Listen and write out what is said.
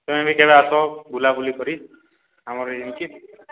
ତମେ ବି କେବେ ଆସ ବୁଲାବୁଲି କରି ଆମର୍ ଇନ୍କେ